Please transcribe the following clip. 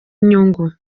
inyungu